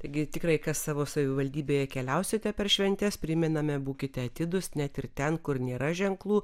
taigi tikrai savo savivaldybėje keliausite per šventes primename būkite atidūs net ir ten kur nėra ženklų